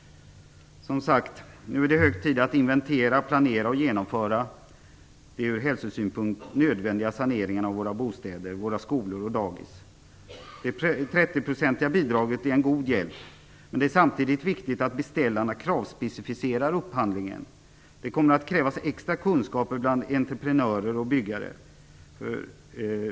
Som sagt, nu är det hög tid att inventera, planera och genomföra de ur hälsosynpunkt nödvändiga saneringarna av våra bostäder, skolor och dagis. Det 30 procentiga bidraget är en god hjälp, men samtidigt är det viktigt att beställarna kravspecifiserar upphandlingen. Det kommer att krävas extra kunskaper bland entreprenörer och byggare.